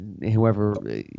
whoever –